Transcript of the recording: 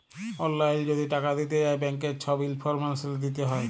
অললাইল যদি টাকা দিতে চায় ব্যাংকের ছব ইলফরমেশল দিতে হ্যয়